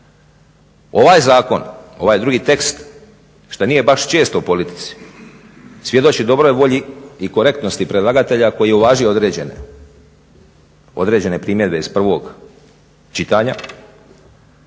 Ovaj zakon, ovaj drugi tekst šta nije baš često u politici svjedoči dobroj volji i korektnosti predlagatelja koji je uvažio određene primjedbe iz prvog čitanja.